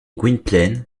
gwynplaine